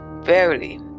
Verily